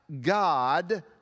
God